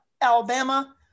Alabama